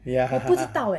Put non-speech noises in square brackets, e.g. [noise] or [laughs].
ya [laughs]